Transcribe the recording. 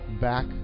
back